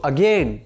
Again